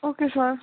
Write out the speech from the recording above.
okay sir